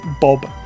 Bob